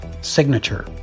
signature